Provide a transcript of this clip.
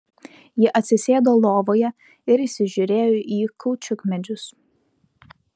ji atsisėdo lovoje ir įsižiūrėjo į kaučiukmedžius